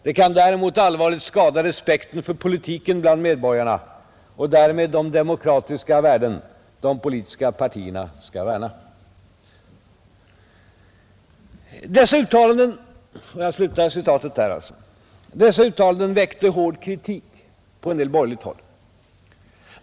Det kan däremot allvarligt skada respekten för politiken bland medborgarna och därmed de demokratiska värden de politiska partierna skall värna.” Dessa uttalanden väckte hård kritik på en del borgerligt håll.